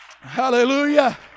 Hallelujah